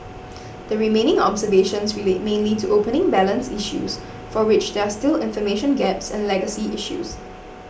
the remaining observations relate mainly to opening balance issues for which there are still information gaps and legacy issues